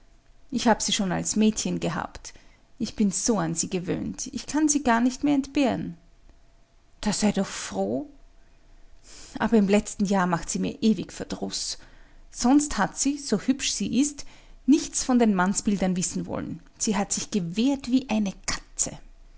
ich hab sie schon als mädchen gehabt ich bin so an sie gewöhnt ich kann sie gar nicht mehr entbehren da sei doch froh aber im letzten jahr macht sie mir ewig verdruß sonst hat sie so hübsch sie ist nichts von den mannsbildern wissen wollen sie hat sich gewehrt wie eine katze